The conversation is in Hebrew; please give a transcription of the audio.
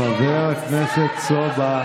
חבר הכנסת סובה.